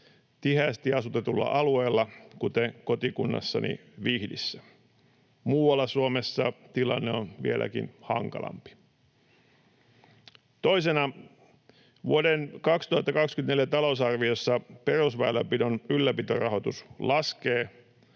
tiheästi asutetulla alueella, kuten kotikunnassani Vihdissä. Muualla Suomessa tilanne on vieläkin hankalampi. Toiseksi: Vuoden 2024 talousarviossa perusväylänpidon ylläpitorahoitus laskee.